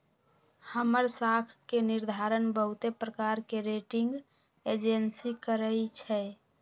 हमर साख के निर्धारण बहुते प्रकार के रेटिंग एजेंसी करइ छै